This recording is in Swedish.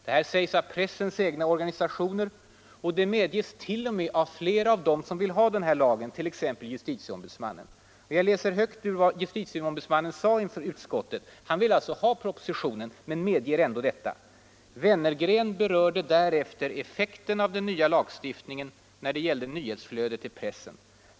Detta sägs av pressens egna organisationer, och det medges t.o.m. av flera av dem som vill ha den här lagen, t.ex. justitieombudsmannen. Jag läser ur referatet av vad JO sade inför utskottet. Han ville alltså ha lagen men medgav ändå detta: ”Wennergren berörde därefter effekten av den nya lagstiftningen när det gällde nyhetsflödet till pressen.